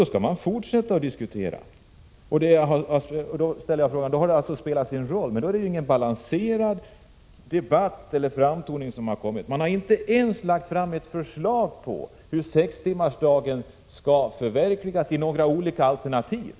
Då är det ju inte fråga om någon balanserad debatt eller framtoning. Man har inte ens lagt fram något förslag om hur sextimmarsdagen skall förverkligas enligt olika alternativ.